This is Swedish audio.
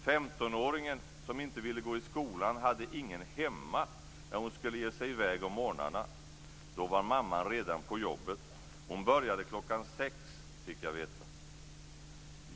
15-åringen som inte ville gå i skolan hade ingen hemma när hon skulle ge sig i väg på morgnarna. Då var mamman redan på jobbet. Hon började klockan sex, fick jag veta.